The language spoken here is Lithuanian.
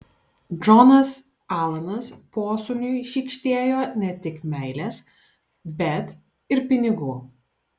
džonas alanas posūniui šykštėjo ne tik meilės bet ir pinigų